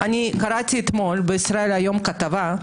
קראתי אתמול בישראל היום כתבה,